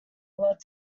lot